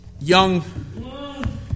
young